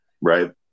Right